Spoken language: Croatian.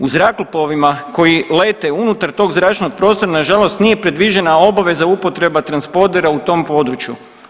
U zrakoplovima koji lete unutar tog zračnog prostora nažalost nije predviđena obaveza upotreba transpodera u tom području.